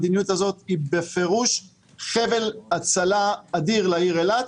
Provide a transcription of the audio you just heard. המדיניות הזאת היא בפירוש חבל הצלה אדיר לעיר אילת.